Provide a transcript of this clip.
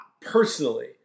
personally